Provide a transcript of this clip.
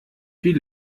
wie